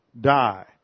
die